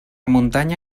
muntanya